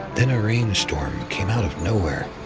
then a rainstorm came out of nowhere.